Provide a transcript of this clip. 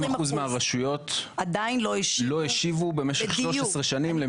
20% מהרשויות לא השיבו במשך 13 שנים.